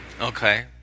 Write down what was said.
Okay